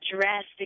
drastic